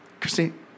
Christine